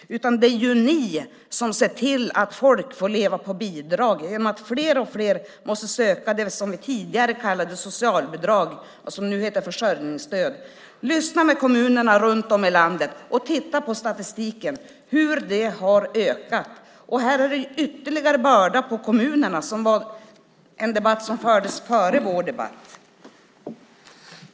Det är ni som ser till att folk får leva på bidrag genom att fler och fler måste söka det som vi tidigare kallade socialbidrag och som nu heter försörjningsstöd. Lyssna på kommunerna runt om i landet och titta på statistiken så ser ni hur det har ökat. Det är en ytterligare börda på kommunerna - en debatt som fördes före vår debatt.